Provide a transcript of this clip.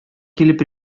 килеп